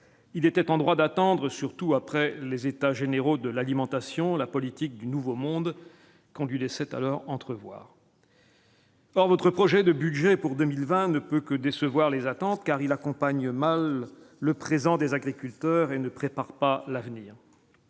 il était en droit d'attendre, surtout après les états généraux de l'alimentation, la politique du nouveau monde qu'on lui laissait alors entrevoir. Alors votre projet de budget pour 2020, ne peut que décevoir les attentes car il accompagne mal le présent des agriculteurs et ne prépare pas l'avenir.